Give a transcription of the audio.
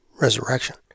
resurrection